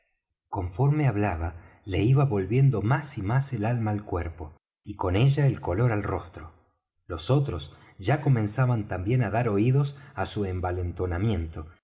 conforme hablaba le iba volviendo más y más el alma al cuerpo y con ella el color al rostro los otros ya comenzaban también á dar oídos á su